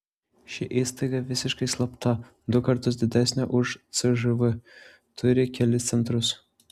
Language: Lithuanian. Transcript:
ši įstaiga visiškai slapta du kartus didesnė už cžv turi kelis centrus